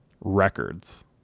records